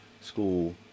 School